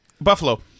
Buffalo